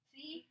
See